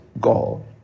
God